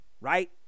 right